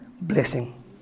blessing